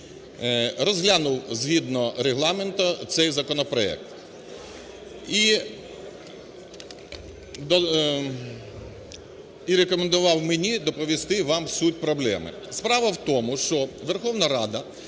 розглянув згідно Регламенту цей законопроект і рекомендував мені доповісти вам суть проблеми. Справа в тому, що Верховна Рада